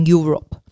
Europe